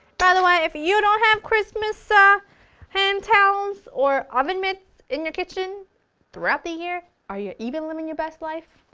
by the way if you don't have christmas ah hand towels, or oven mitts in your kitchen throughout the year, are you even living your best life?